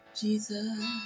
Jesus